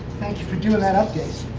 thank you for doing that update.